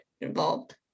involved